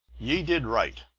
ye did right,